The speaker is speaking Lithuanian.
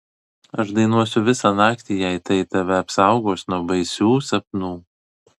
aš dainuosiu visą naktį jei tai tave apsaugos nuo baisių sapnų